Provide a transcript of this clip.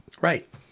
Right